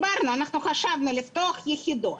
אנחנו חשבנו לפתוח יחידות